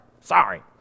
sorry